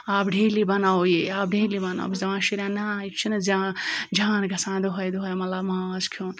آپ ڈیلی بَناو یہ آپ ڈیلی بَناو بہٕ چھٮ۪س دَپان شُرٮ۪ن نہ یہِ چھُنہٕ جان جان گژھان دۄہَے دۄہَے مطلب ماز کھیوٚن